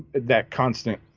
that constant,